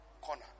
corner